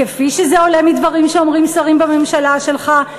כפי שזה עולה מדברים שאומרים שרים בממשלה שלך,